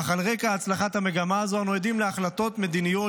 אך על רקע הצלחת המגמה הזו אנו עדים להחלטות מדיניות